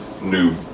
new